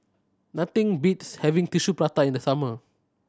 nothing beats having Tissue Prata in the summer